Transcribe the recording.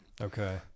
okay